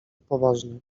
poważnie